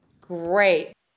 Great